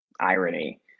irony